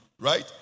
right